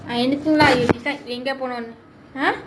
I anything lah you decide எங்கே போனும்னு:engae ponumnnu !huh!